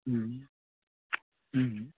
हुँ हुँ